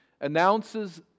announces